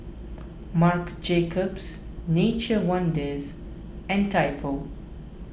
Marc Jacobs Nature's Wonders and Typo